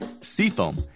Seafoam